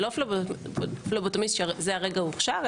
זה לא פלבוטומיסט שזה הרגע הוכשר,